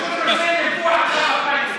הוא פשוט רוצה לפגוע בך בפריימריז.